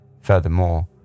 Furthermore